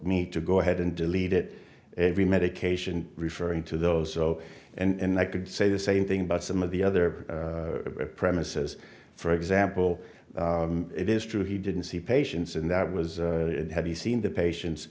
me to go ahead and delete it every medication referring to those so and i could say the same thing about some of the other premises for example it is true he didn't see patients and that was it had he seen the patients